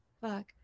fuck